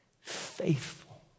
faithful